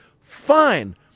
Fine